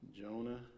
Jonah